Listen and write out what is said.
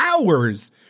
hours